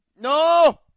No